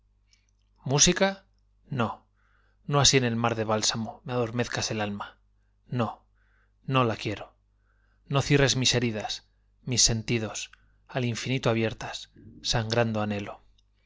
música no no así en el mar de bálsamo me adormezcas el alma no no la quiero no cierres mis heridas mis sentidos al infinito abiertas sangrando anhelo